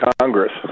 Congress